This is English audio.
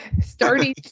starting